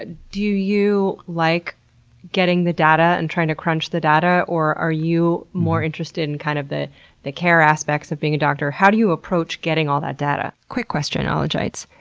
ah do you like getting the data and trying to crunch the data, or are you more interested in, kind of, the the care aspects of being a doctor? how do you approach getting all that data? quick question, ah ologites.